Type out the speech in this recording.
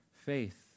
faith